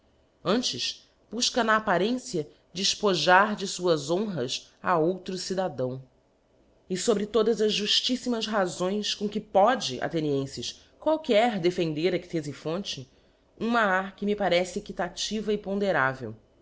antes bufca na apparencia dcfpojar de fuás honras a outro cidadão e fobre todas as juftiffimas razões com que pode athenienfes qualquer defender a ctefiphonte uma ha que me parece equitativa e ponderável